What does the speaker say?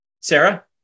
Sarah